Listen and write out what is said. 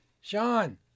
Sean